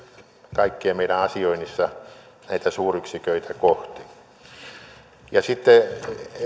kaikkien meidän asioinnissa näitä suuryksiköitä kohti sitten